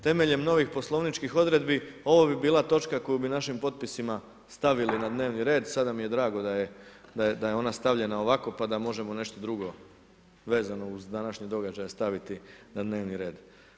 Temeljem novih poslovničkih odredbi ovo bi bila točka koju bi našim potpisima stavili na dnevni red, sada mi je drago da je ona stavljena ovako pa da možemo nešto drugo vezano uz današnje događaje staviti na dnevni red.